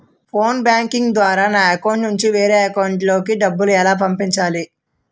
Phone banking ద్వారా నా account నుంచి వేరే అకౌంట్ లోకి డబ్బులు ఎలా పంపించాలి?